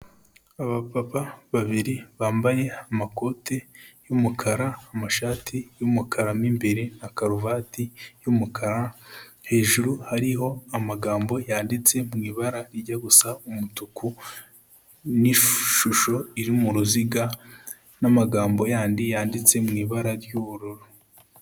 Abapapa babiri bambaye amakoti y'umukara, amashati y'umukara mo imbere na karuvati y'umukara, hejuru hariho amagambo yanditse mu ibara rijya gusa umutuku n'ishusho iri mu ruziga n'amagambo yandi yanditse mu ibara ry'ubururu.